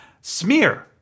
Smear